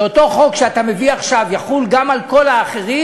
שאותו חוק שאתה מביא עכשיו יחול גם על כל האחרים,